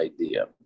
idea